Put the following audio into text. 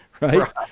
right